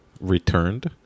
returned